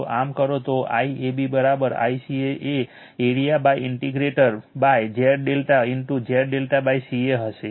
જો આમ કરો તો IAB અથવા ICA એ એરિયાઇન્ટેગર Z ∆ Z ∆CA હશે